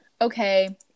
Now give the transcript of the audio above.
okay